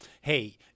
Hey